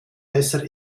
besser